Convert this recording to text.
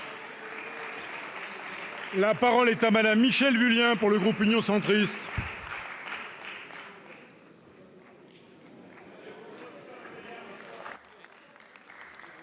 La parole est à Mme Michèle Vullien, pour le groupe Union Centriste.